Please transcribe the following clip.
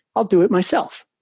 i'll do it myself,